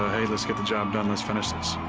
hey let's get the job done, let's finish this.